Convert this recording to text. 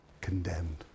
condemned